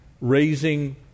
raising